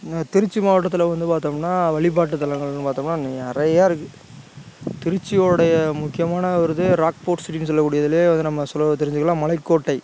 நான் திருச்சி மாவட்டத்தில் வந்து பார்த்தோம்னா வழிபாட்டு தலங்கள்னு பார்த்தோம்னா நிறையாருக்கு திருச்சியோட முக்கியமான ஒரு இதே ராக்போர்ட்ஸ் அப்படினு சொல்லக்கூடிய இதிலே நம்ம ஸ்லோவாக தெரிஞ்சுக்கலாம் மலைக்கோட்டை